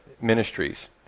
ministries